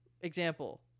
Example